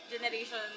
generation